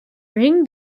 ring